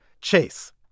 Chase